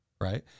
right